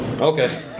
Okay